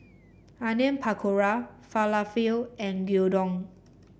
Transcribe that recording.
Onion Pakora Falafel and Gyudon